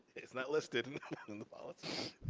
it's not listed in the policy.